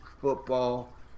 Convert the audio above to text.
football